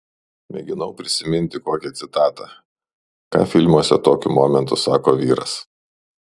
mėginau prisiminti kokią citatą ką filmuose tokiu momentu sako vyras